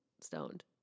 stoned